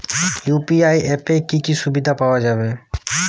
UPI অ্যাপে কি কি সুবিধা পাওয়া যাবে?